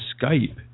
Skype